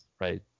right